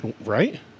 Right